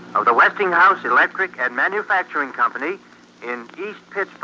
of the westinghouse electric and manufacturing company in